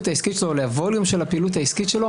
העסקית של העוסק או לווליום של הפעילות העסקית שלו,